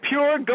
Pure